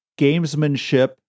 gamesmanship